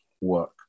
work